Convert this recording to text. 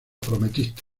prometiste